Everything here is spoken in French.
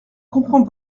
comprends